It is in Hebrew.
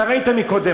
אתה ראית קודם,